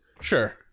Sure